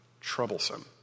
troublesome